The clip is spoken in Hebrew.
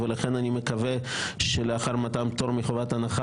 ולכן אני מקווה שלאחר מתן פטור מחובת הנחה